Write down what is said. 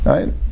Right